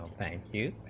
thank you